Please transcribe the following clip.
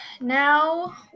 now